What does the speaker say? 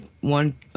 one